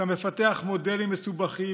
אתה מפתח מודלים מסובכים,